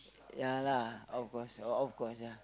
ya lah of course of of course ya